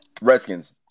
Redskins